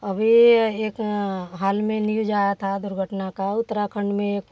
अभी एक हाल में न्यूज आया था दुर्घटना का उत्तराखंड में एक